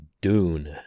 Dune